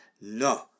No